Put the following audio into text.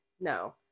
No